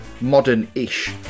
modern-ish